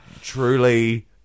Truly